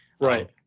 Right